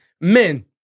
men